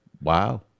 Wow